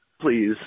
please